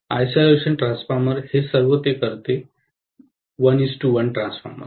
isolation transformer हे सर्व ते करते 1 1 ट्रान्सफॉर्मर